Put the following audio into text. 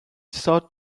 sought